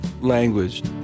language